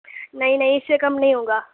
نہیں نہیں اِس سے کم نہیں ہوگا